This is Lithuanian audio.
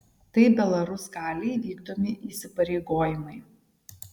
tai belaruskalij vykdomi įsipareigojimai